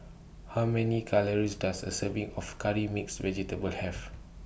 How Many Calories Does A Serving of Curry Mixed Vegetable Have